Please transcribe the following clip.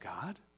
God